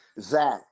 Zach